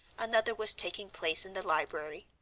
another was taking place in the library.